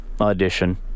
audition